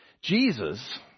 Jesus